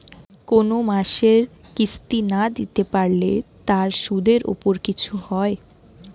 কোন মাসের কিস্তি না দিতে পারলে তার সুদের উপর কিছু হয়?